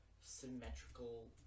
symmetrical